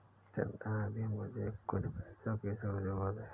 चंदन अभी मुझे कुछ पैसों की सख्त जरूरत है